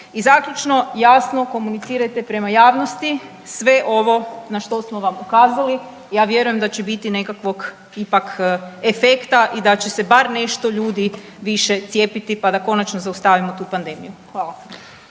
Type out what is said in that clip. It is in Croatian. I zaključno, jasno komunicirajte prema javnosti sve ovo na što smo vam ukazali, ja vjerujem da će biti nekakvog ipak efekta i da će se bar nešto više ljudi cijepiti pa da konačno zaustavimo tu pandemiju. Hvala.